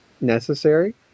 necessary